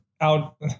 out